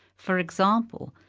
for example,